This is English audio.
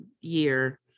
year